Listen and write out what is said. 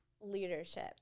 leadership